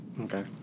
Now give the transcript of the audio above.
Okay